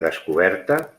descoberta